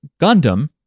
Gundam